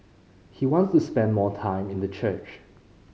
he wants to spend more time in the church